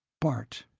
bart,